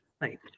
Right